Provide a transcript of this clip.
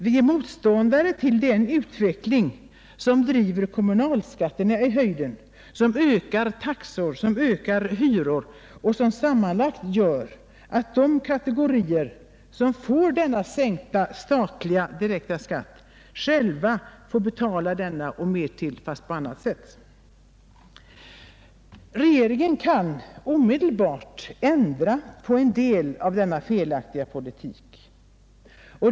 Vi är motståndare till den utveckling som driver kommunalskatterna i höjden, som ökar taxor och hyror och som sammanlagt gör att de kategorier som får denna sänkta statliga skatt själva får betala denna och mer därtill, fast på annat sätt. Regeringen kan omedelbart ändra på en del av denna felaktiga politik.